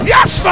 Yes